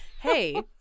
Hey